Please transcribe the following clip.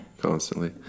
Constantly